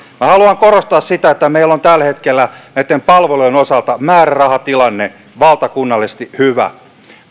haluan korostaa sitä että meillä on tällä hetkellä näitten palvelujen osalta määrärahatilanne valtakunnallisesti hyvä